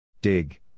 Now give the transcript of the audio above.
Dig